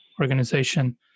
organization